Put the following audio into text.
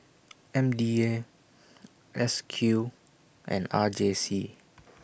M D A S Q and R J C